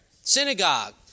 Synagogue